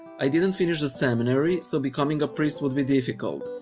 i didn't finish seminary so becoming a priest would be difficult.